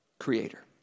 Creator